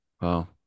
Wow